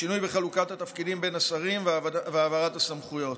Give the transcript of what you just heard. השינוי בחלוקת התפקידים בין השרים והעברת הסמכויות.